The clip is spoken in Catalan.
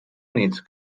units